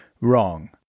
wrong